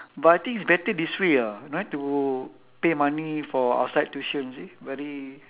but I think it's better this way ah no need to pay money for outside tuition you see very